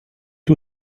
lui